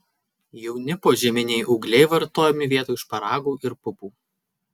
jauni požeminiai ūgliai vartojami vietoj šparagų ir pupų